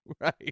right